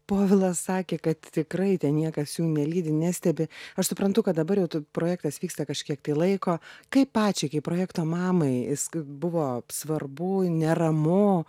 povilas sakė kad tikrai ten niekas jų nelydi nestebi aš suprantu kad dabar jau tu projektas vyksta kažkiek tai laiko kaip pačiai kaip projekto mamai jisk buvo svarbu neramu